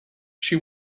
she